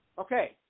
Okay